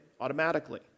automatically